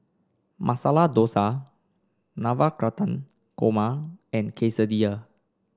Masala Dosa Navratan Korma and Quesadilla